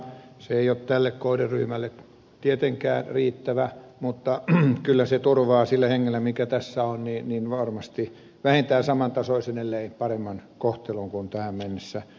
se ei ole tälle kohderyhmälle tietenkään riittävä mutta kyllä se turvaa sillä hengellä mikä tässä on varmasti vähintään saman tasoisen ellei paremman kohtelun kuin tähän mennessä